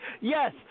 Yes